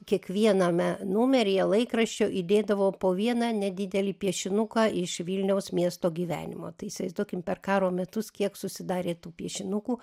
kiekviename numeryje laikraščio įdėdavo po vieną nedidelį piešinuką iš vilniaus miesto gyvenimo tai įsivaizduokim per karo metus kiek susidarė tų piešinukų